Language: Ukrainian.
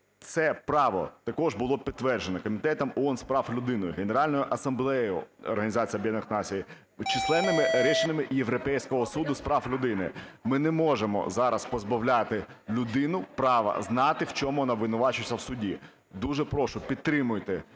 Це право також було підтверджено Комітетом ООН з прав людини, Генеральною асамблеєю Організації Об'єднаних Націй, численними рішеннями Європейського суду з прав людини. Ми не можемо зараз позбавляти людину права знати, в чому вона обвинувачується в суді. Дуже прошу, підтримуйте